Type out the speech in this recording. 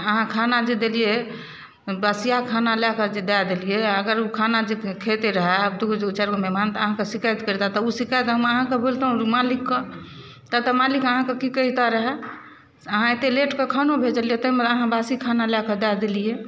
अहाँ खाना जे देलियै बसिया खाना लए कऽ जे दए देलियै अगर ओ खाना जे खैतै रहए दूगो दूगो चारिगो मेहमान तऽ अहाँके शिकाएत करितए तऽ ओ शिकायत हम अहाँके बोलितहुॅं मालिक के तब तऽ मालिक अहाँके कि कहितए रहए अहाँ एते लेटके खानो भेजलियै ताहिमे अहाँ बासी खाना लए कऽ दए देलियै